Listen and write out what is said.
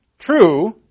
True